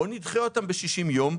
בואו נדחה זאת ב-60 ימים.